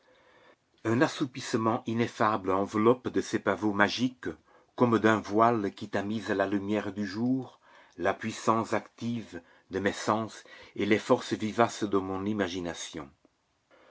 un assoupissement ineffable enveloppe de ses pavots magiques comme d'un voile qui tamise la lumière du jour la puissance active de mes sens et les forces vivaces de mon imagination